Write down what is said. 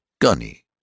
Gunny